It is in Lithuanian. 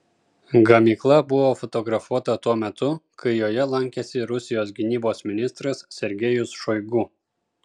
gamykla buvo fotografuota tuo metu kai joje lankėsi rusijos gynybos ministras sergejus šoigu